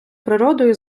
природою